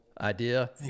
idea